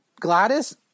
Gladys